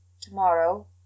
To-morrow